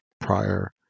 prior